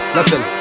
Listen